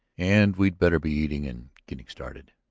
and we'd better be eating and getting started.